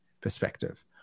perspective